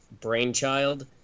brainchild